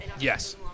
yes